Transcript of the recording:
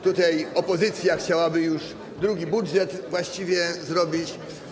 Tutaj opozycja chciałaby już drugi budżet właściwie zrobić.